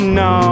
no